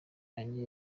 yanjye